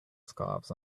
scarves